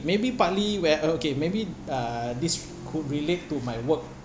maybe partly where oh okay maybe uh this could relate to my work